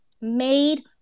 made